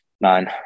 Nine